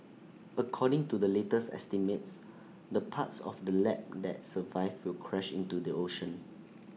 according to the latest estimates the parts of the lab that survive will crash into the ocean